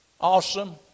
awesome